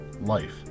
life